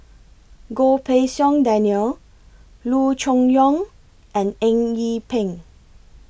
Goh Pei Siong Daniel Loo Choon Yong and Eng Yee Peng